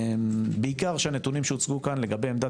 בעיקר שהנתונים שהוצגו כאן לגבי עמדת